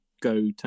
go